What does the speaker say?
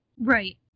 Right